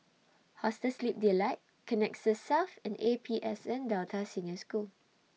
Hostel Sleep Delight Connexis South and A P S N Delta Senior School